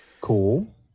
Cool